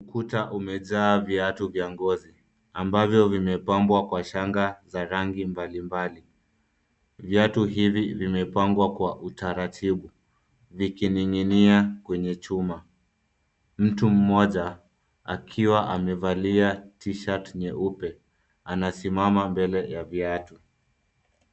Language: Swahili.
Ukuta umejaa viatu vya ngozi ambavyo vimepangwa kwa shanga za rangi mbalimbali. Viatu hivi vimepangwa kwa utaratibu vikining'inia kwenye chuma. Mtu mmoja akiwa amevalia t-shirt nyeupe anasimama mbele ya viatu.